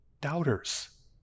doubters